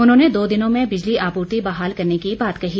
उन्होंने दो दिनों में बिजली आपूर्ति बहाल करने की बात कही